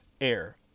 air